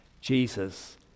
Jesus